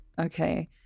Okay